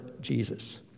Jesus